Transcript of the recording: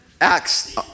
Acts